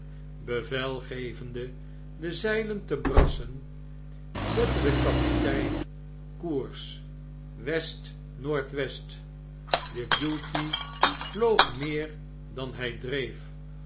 bevel gevende de zeilen te brassen zette de kapitein koers west noord west de beauty vloog meer dan hij